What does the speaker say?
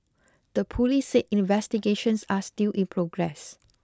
the police said investigations are still in progress